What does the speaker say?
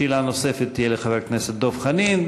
שאלה נוספת תהיה לחבר הכנסת דב חנין.